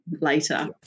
later